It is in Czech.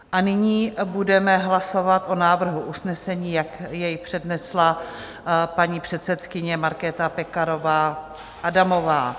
A nyní budeme hlasovat o návrhu usnesení, jak jej přednesla paní předsedkyně Markéta Pekarová Adamová.